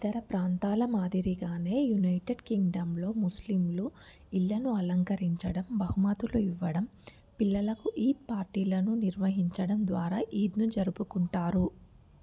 ఇతర ప్రాంతాల మాదిరిగానే యునైటెడ్ కింగ్డమ్లో ముస్లిమ్లు ఇళ్లను అలంకరించడం బహుమతులు ఇవ్వడం పిల్లలకు ఈద్ పార్టీలను నిర్వహించడం ద్వారా ఈద్ను జరుపుకుంటారు